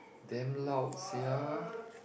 damn loud sia